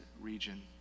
region